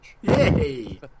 Yay